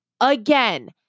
Again